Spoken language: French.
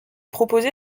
proposé